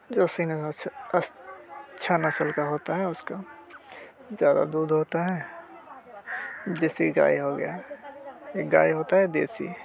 जो सींग अच्छा नस्ल का होता है उसका ज़्यादा दूध होता है जैसे गाय हो गया एक गाय होती है देसी